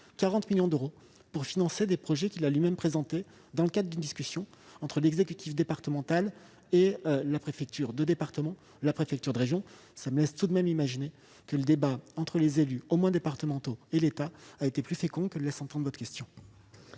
la part de l'État pour financer des projets qu'il a choisis, dans le cadre d'une discussion entre l'exécutif départemental, la préfecture de département et la préfecture de région. Cela me laisse tout de même imaginer que le débat entre les élus, au moins départementaux, et l'État a été plus fécond que ne le laisse entendre votre question.